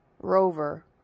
rover